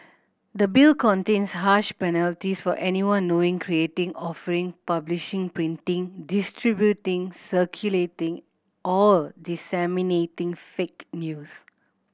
the Bill contains harsh penalties for anyone knowing creating offering publishing printing distributing circulating or disseminating fake news